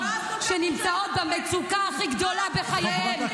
שנמצאות במצוקה הכי גדולה בחייהן -- תפני לעם ישראל,